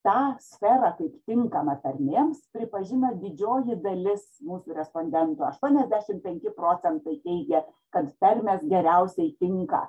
tą sferą kaip tinkamą tarmėms pripažino didžioji dalis mūsų respondentų aštuoniasdešimt penki procentai teigė kad tarmės geriausiai tinka